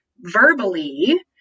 verbally